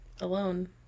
alone